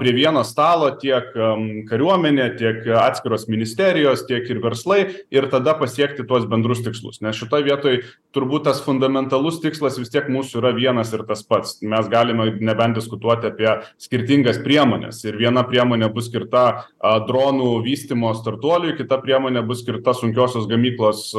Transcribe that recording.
prie vieno stalo tiek am kariuomenė tiek atskiros ministerijos tiek ir verslai ir tada pasiekti tuos bendrus tikslus nes šitoj vietoj turbūt tas fundamentalus tikslas vis tiek mūsų yra vienas ir tas pats mes galime nebent diskutuoti apie skirtingas priemones ir viena priemonė bus skirta a dronų vystymo startuoliui kita priemonė bus skirta sunkiosios gamyklos